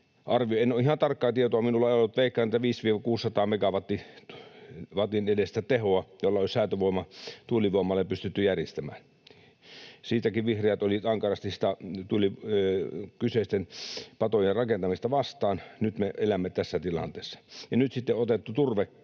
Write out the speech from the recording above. menetettiin — ihan tarkkaa tietoa minulla ei ole, mutta veikkaan — 500—600 megawatin edestä tehoa, jolla olisi säätövoimaa tuulivoimalle pystytty järjestämään. Siinäkin vihreät olivat ankarasti kyseisten patojen rakentamista vastaan. Nyt me elämme tässä tilanteessa. Nyt sitten on otettu turve